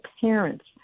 parents